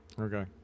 Okay